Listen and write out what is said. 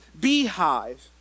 beehive